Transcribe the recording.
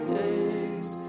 days